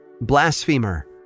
Blasphemer